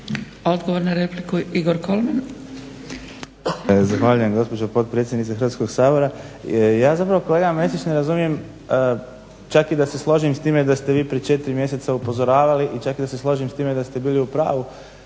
Odgovor na repliku, Igor Kolman.